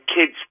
kids